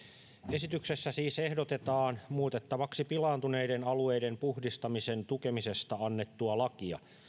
esityksessä siis ehdotetaan muutettavaksi pilaantuneiden alueiden puhdistamisen tukemisesta annettua lakia